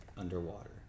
underwater